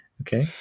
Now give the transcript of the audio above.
Okay